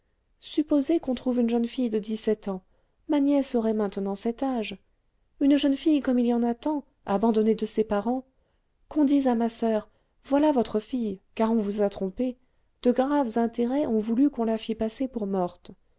supposez qu'on trouve une jeune fille de dix-sept ans ma nièce aurait maintenant cet âge une jeune fille comme il y en a tant abandonnée de ses parents qu'on dise à ma soeur voilà votre fille car on vous a trompée de graves intérêts ont voulu qu'on la fît passer pour morte